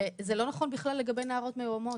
זה לא נכון בכלל לגבי נערות מאוימות,